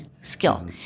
skill